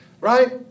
Right